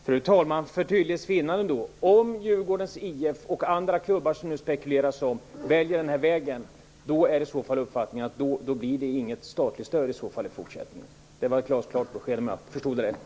Fru talman! För tydlighets vinnande: Om Djurgårdens IF och andra klubbar som det nu spekuleras om väljer denna väg, är uppfattningen att de inte får något statligt stöd i fortsättningen. Detta var ett glasklart besked, om jag förstod det rätt.